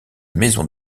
maison